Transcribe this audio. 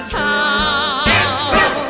town